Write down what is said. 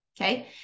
Okay